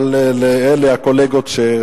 אבל לאלה הקולגות,